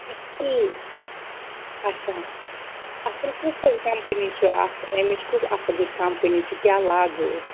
اَچھا اَصٕل کُس حظ کَمپٔنی چھِ اَتھ امِچ کُس اَصٕل ہِش کمپٔنی چھِ کیٛاہ لاگَو أسۍ